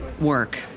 work